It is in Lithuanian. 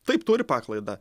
taip turi paklaidą